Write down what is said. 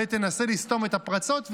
ותנסה לסתום את הפרצות,